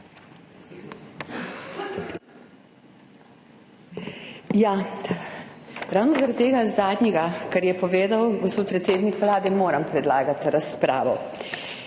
Ravno zaradi tega zadnjega, kar je povedal gospod predsednik Vlade, moram predlagati razpravo.